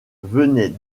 venait